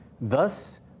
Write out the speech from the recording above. Thus